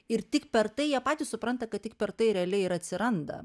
ir tik per tai jie patys supranta kad tik per tai realiai ir atsiranda